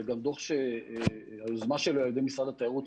זה גם דוח שהיוזמה שלו היא על ידי משרד התיירות,